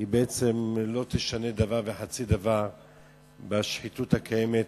בעצם לא תשנה דבר וחצי דבר בשחיתות הקיימת,